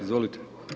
Izvolite.